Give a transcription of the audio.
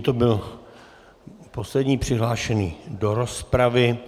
To byl poslední přihlášený do rozpravy.